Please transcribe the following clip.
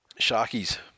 Sharkies